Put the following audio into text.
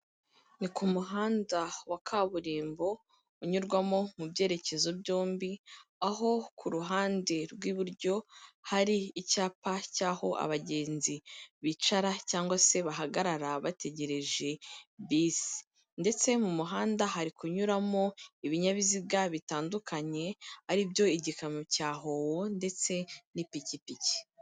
Ni ku muhanda wa kaburimbo, unyurwamo mu byerekezo byombi, aho ku ruhande rw'iburyo, hari icyapa cy'aho abagenzi bicara cyangwa se bahagarara bategereje bisi ndetse mu muhanda hari kunyuramo ibinyabiziga bitandukanye, aribyo igikamyo cya hoho ndetse n'ipikipiki.